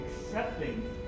accepting